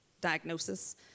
diagnosis